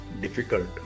difficult